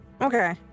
Okay